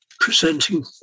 presenting